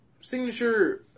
signature